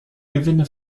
gewinne